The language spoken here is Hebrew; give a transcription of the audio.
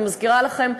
אני מזכירה לכם,